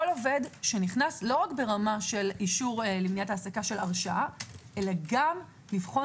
עובד שנכנס לא רק ברמת אישור למניעת העסקה של הרשעה אלא גם לבחון